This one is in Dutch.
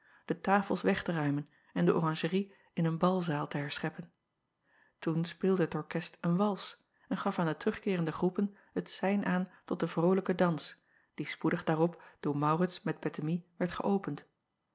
de tafels weg te ruimen en de oranjerie in een balzaal te herscheppen oen speelde het orkest een wals en gaf aan de terugkeerende groepen het sein aan tot den vrolijken dans die spoedig daarop door aurits met ettemie werd geöpend